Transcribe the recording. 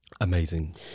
amazing